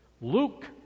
Luke